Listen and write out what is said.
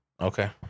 Okay